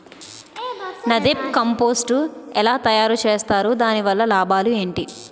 NADEP compost ఎలా తయారు చేస్తారు? దాని వల్ల లాభాలు ఏంటి?